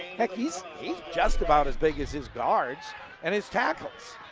heck he's just about as big as his guards and his tackles.